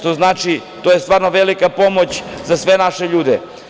To je stvarno velika pomoć za sve naše ljude.